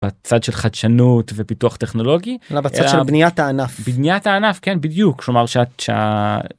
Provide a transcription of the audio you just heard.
בצד של חדשנות ופיתוח טכנולוגי בצד של בניית הענף בניית הענף כן בדיוק כלומר שה..